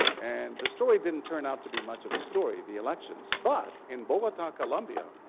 and the story didn't turn out to be much of a story, the electrics, but in bogota, colombia,